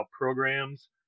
programs